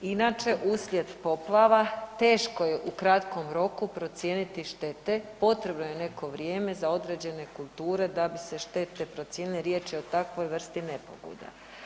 Inače, uslijed poplava teško je u kratkom roku procijeniti štete, potrebno je neko vrijeme za određene kulture da bi se štete procijenile, riječ je o takvoj vrsti nepogoda.